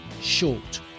short